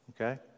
Okay